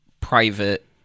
private